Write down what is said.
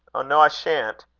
oh, no, i shan't!